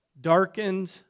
darkened